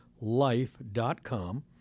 life.com